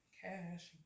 cash